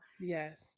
Yes